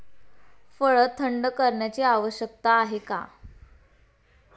फळ थंड करण्याची आवश्यकता का आहे?